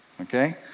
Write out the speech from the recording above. okay